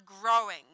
growing